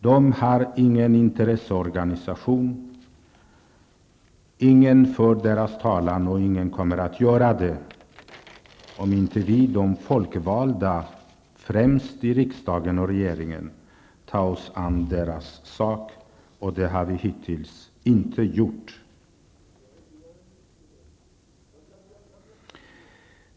De har ingen intresseorganisation, ingen för deras talan och ingen kommer att göra det om inte vi, de folkvalda, i riksdagen och regeringen tar oss an deras sak. Det har vi inte gjort hittills.